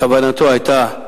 כוונתו היתה,